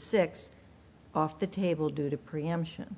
six off the table due to preemption